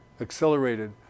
accelerated